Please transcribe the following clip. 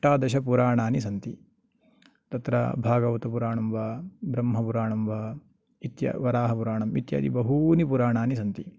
अष्टादश पुराणानि सन्ति तत्र भागवतपुराणं वा ब्रह्मपुराणं वा इत्य वराहपुराणम् इत्यादि बहूनि पुराणानि सन्ति